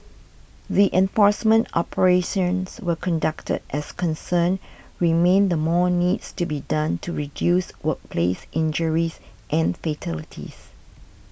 the enforcement operations were conducted as concerns remain the more needs to be done to reduce workplace injuries and fatalities